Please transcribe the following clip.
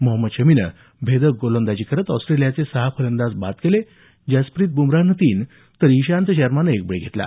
मोहम्मद शमीनं भेदक गोलंदाजी करत ऑस्ट्रेलियाचे सहा फलंदाज बाद केले जसप्रीत बुमराहनं तीन तर ईशांत शर्मानं एक बळी घेतला